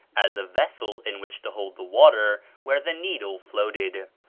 as a vessel in which to hold the water where the needle floated,